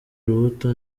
urubuto